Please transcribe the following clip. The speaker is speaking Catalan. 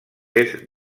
est